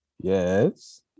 yes